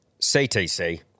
CTC